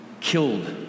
killed